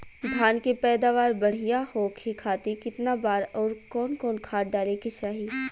धान के पैदावार बढ़िया होखे खाती कितना बार अउर कवन कवन खाद डाले के चाही?